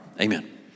amen